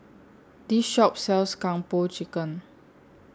This Shop sells Kung Po Chicken